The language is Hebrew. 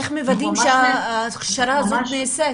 איך מוודאים שההכשרה הזאת נעשית?